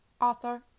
author